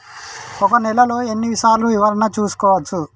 ఒక నెలలో ఎన్ని సార్లు వివరణ చూసుకోవచ్చు?